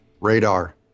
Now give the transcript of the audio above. Radar